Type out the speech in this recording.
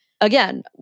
again